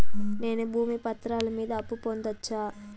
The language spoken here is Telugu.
నేను భూమి పత్రాల మీద అప్పు పొందొచ్చా?